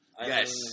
Yes